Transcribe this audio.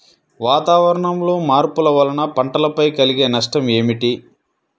వాతావరణంలో మార్పుల వలన పంటలపై కలిగే నష్టం ఏమిటీ?